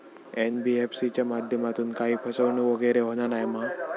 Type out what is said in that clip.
NBFC च्या माध्यमातून काही फसवणूक वगैरे होना नाय मा?